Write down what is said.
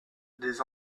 des